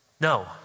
No